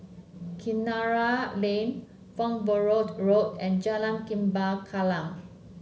Kinara Lane Farnborough Road and Jalan Lembah Kallang